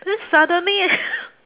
then suddenly